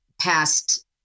past